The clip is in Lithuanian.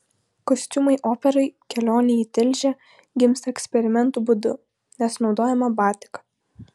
kostiumai operai kelionė į tilžę gimsta eksperimentų būdu nes naudojama batika